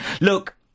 Look